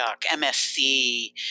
msc